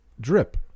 Drip